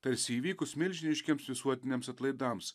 tarsi įvykus milžiniškiems visuotiniams atlaidams